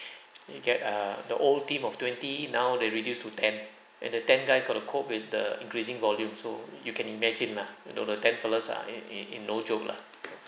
you get err the old team of twenty now they reduced to ten and the ten guys got to cope with the increasing volume so you can imagine lah you know the ten fellows ah eh eh no joke lah